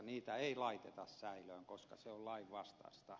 heitä ei laiteta säilöön koska se on lainvastaista